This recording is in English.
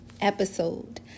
episode